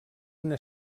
una